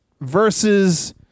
versus